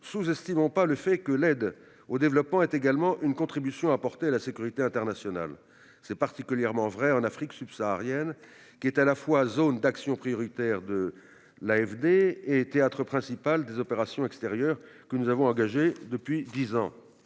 sous-estimons pas le fait que l'aide au développement est également une contribution apportée à la sécurité internationale. C'est particulièrement vrai en Afrique subsaharienne, qui est à la fois la zone d'action prioritaire de l'AFD et le théâtre principal des opérations extérieures que nous avons engagées au cours